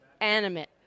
animate